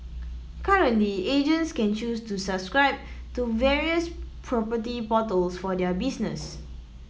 currently agents can choose to subscribe to various property portals for their business